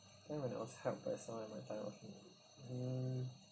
when I was helped by someone in my time of need mm